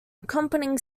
accompanying